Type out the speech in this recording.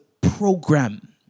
program